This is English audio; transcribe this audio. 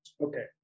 Okay